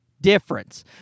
difference